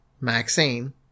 Maxine